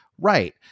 right